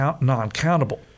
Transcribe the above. non-countable